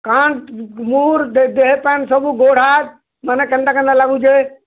କାଣା ମୁଡ଼୍ ଦେହପାନ୍ ସବୁ ଗୋଡ଼ ହାତ୍ ମାନେ କେନ୍ତା କେନ୍ତା ଲାଗୁଛେ